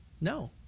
No